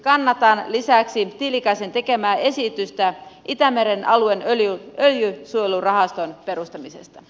kannatan lisäksi tiilikaisen tekemää esitystä itämeren alueen öljynsuojarahaston perustamisesta